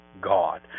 God